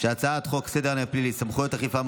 הצעת חוק סדר הדין הפלילי (סמכויות אכיפה,